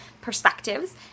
perspectives